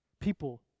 people